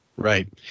Right